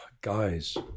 guys